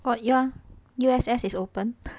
got ya U_S_S is opened